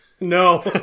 No